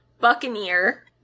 buccaneer